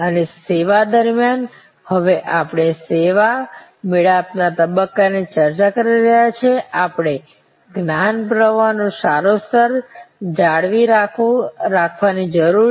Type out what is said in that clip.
અને સેવા દરમિયાન હવે આપણે સેવા મેળાપના તબક્કાની ચર્ચા કરી રહ્યા છીએ આપણે જ્ઞાન પ્રવાહનું સારું સ્તર જાળવી રાખવાની જરૂર છે